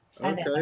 Okay